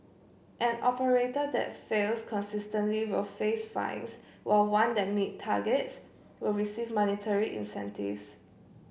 an operator that fails consistently will face fines while one that meet targets will receive monetary incentives